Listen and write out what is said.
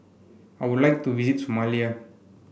I would like to visit Somalia